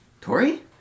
Tori